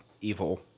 evil